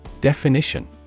Definition